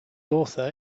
author